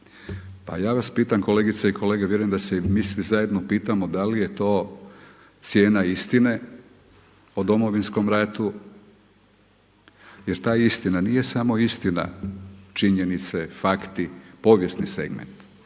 Pa ja vas pitam kolegice i kolege, vjerujem da se i mi svi zajedno pitamo da li je to cijena istine o Domovinskom ratu jer ta istina nije samo istina, činjenice, fakti, povijesni segment.